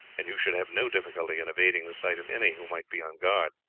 and you should have no difficulty in evading the sight of any who may be on guard.